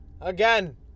Again